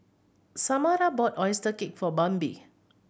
Samara bought oyster cake for Bambi